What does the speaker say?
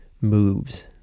moves